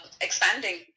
expanding